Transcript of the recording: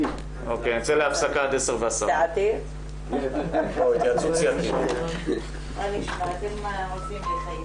נצא להפסקה עד 10:10. (הישיבה נפסקה בשעה